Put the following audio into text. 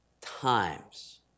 times